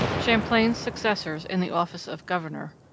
champlain's successors in the office of governor,